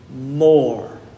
more